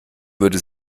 würde